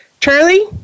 Charlie